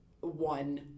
one